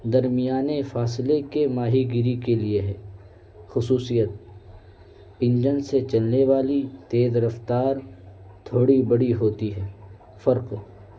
درمیان فاصلے کے ماہی گیری کے لیے ہے خصوصیت انجن سے چلنے والی تیز رفتار تھوڑی بڑی ہوتی ہے فرق